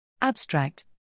Abstract